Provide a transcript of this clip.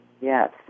Yes